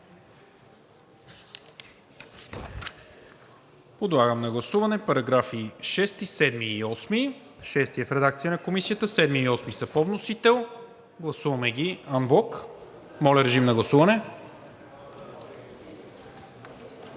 Подлагам на гласуване параграфи 6, 7 и 8 – 6 е в редакция на Комисията, 7 и 8 са по вносител, гласуваме ги анблок. Гласували